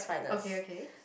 okay okay